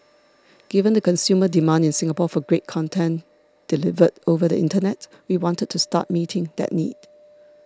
given the consumer demand in Singapore for great content delivered over the internet we wanted to start meeting that need